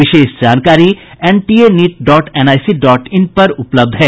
विशेष जानकारी NTA NEET dot NIC dot in पर उपलब्ध है